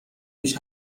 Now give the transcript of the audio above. پیش